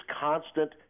constant